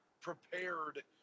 prepared